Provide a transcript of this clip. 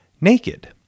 naked